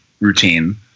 routine